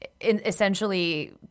essentially